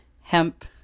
hemp